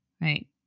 Right